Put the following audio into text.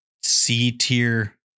C-tier